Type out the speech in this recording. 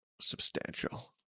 substantial